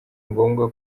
ngombwa